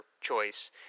choice